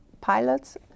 pilots